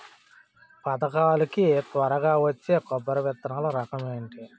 పథకాల కి త్వరగా వచ్చే కొబ్బరి విత్తనాలు రకం ఏంటి?